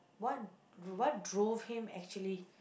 what what drove him actually